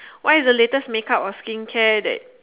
what is the latest make up or skincare that